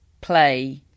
play